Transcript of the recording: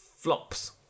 flops